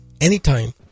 anytime